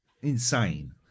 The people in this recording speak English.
insane